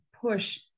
push